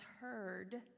heard